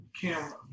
camera